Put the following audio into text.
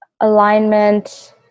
alignment